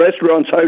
restaurants